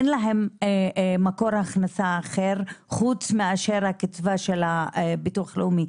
אין להם מקור הכנסה אחר חוץ מאשר הקצבה הביטוח הלאומי,